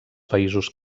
països